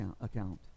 account